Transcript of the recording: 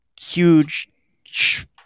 huge